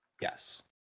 Yes